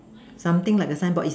something like a sign board is